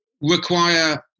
require